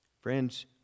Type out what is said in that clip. Friends